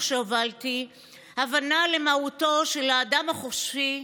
שהובלתי הבנה למהותו של האדם החופשי,